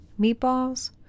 meatballs